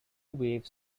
wave